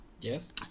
Yes